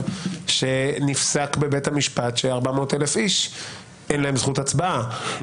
שנפסק בבית המשפט של-400,000 איש אין זכות הצבעה,